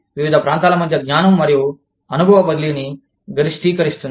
వివిధ ప్రాంతాల మధ్య జ్ఞానం మరియు అనుభవ బదిలీని గరిష్టీకరిస్తుంది